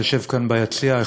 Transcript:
שיושב כאן ביציע,